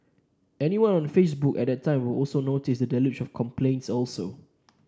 anyone on Facebook at that time would also notice the deluge of complaints also